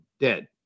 dead